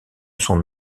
son